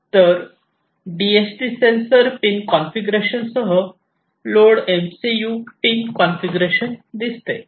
तर DHT sensor pin configuration सह node MCU pin configuration दिसते